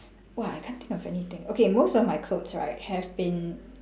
!wah! I can't think of anything okay most of my clothes right have been